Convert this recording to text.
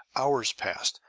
hours passed,